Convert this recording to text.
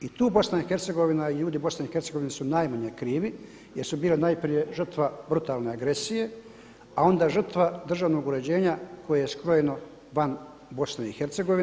I tu BiH i ljudi BiH su najmanje krivi jer su bili najprije žrtva brutalne agresije a onda žrtva državnog uređenja koje je skrojeno van BiH.